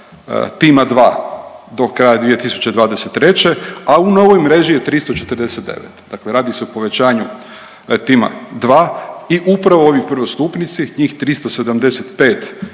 tima 2 do kraja 2023., a u novoj mreži je 349. Dakle radi se o povećanju tima 2 i upravo ovi prvostupnici njih 375 koji